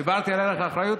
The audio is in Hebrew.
דיברתי על ערך האחריות,